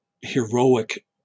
heroic